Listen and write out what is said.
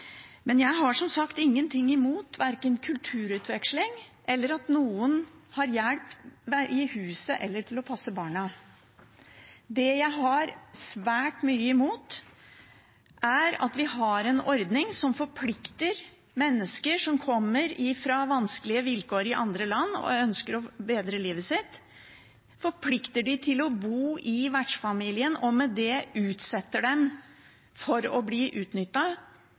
Men jeg har som sagt ingen ting imot verken kulturutveksling eller at noen får hjelp i huset eller til å passe barna. Det jeg har svært mye imot, er at vi har en ordning som forplikter mennesker som kommer fra vanskelige vilkår i andre land og ønsker å bedre livet sitt, til å bo med vertsfamilien og med det å utsette dem for å bli